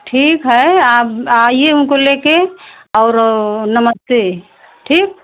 ठीक है आप आइए उनको लेके और नमस्ते ठीक